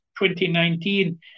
2019